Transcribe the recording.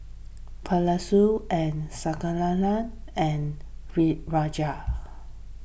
and and Re Rajesh